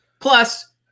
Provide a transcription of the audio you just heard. Plus